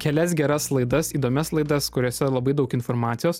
kelias geras laidas įdomias laidas kuriose labai daug informacijos